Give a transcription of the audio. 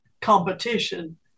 competition